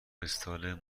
استایل